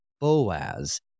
Boaz